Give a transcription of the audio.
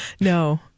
No